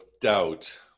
doubt